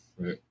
Right